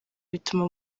bituma